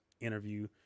interview